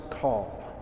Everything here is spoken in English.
call